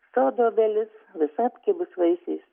sodo obelis visa apkibus vaisiais